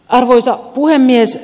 arvoisa puhemies